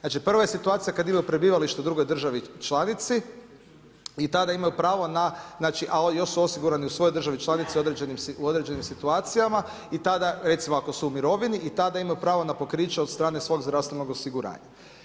Znači prva je situacija kad imaju prebivalište u drugoj državi članici i tada imaju pravo na, znači a još su osigurani u svojoj državi članici u određenim situacijama i tada recimo ako su u mirovini i tada imaju pravo na pokriće od strane svog zdravstvenog osiguranja.